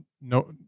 no